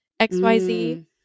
XYZ